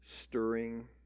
stirring